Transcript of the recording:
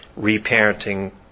reparenting